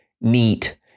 neat